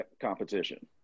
competition